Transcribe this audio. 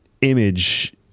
image